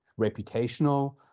reputational